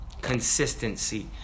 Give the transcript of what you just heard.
Consistency